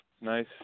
nice